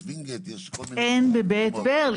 יש ווינגיט -- אין בבית ברל,